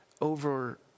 over